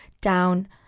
down